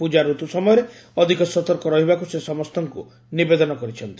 ପୂଜା ଋତୁ ସମୟରେ ଅଧିକ ସତର୍କ ରହିବାକୁ ସେ ସମସ୍ତଙ୍କୁ ନିବେଦନ କରିଛନ୍ତି